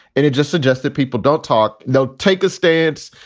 and it just suggests that people don't talk. no, take a stance.